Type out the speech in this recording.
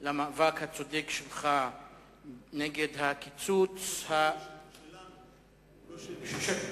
למאבק הצודק שלך נגד הקיצוץ, לא שלי, שלנו.